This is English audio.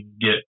get